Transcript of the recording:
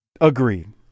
Agreed